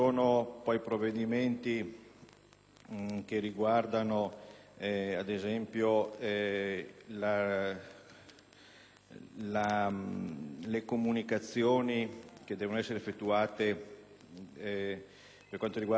le comunicazioni che devono essere effettuate per quanto riguarda i rapporti di lavoro di carattere stagionale, anche su questo credo si possa e si debba intervenire